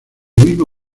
mismo